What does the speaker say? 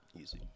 Easy